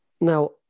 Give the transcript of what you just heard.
Now